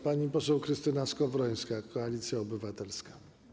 Pani poseł Krystyna Skowrońska, Koalicja Obywatelska.